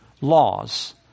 laws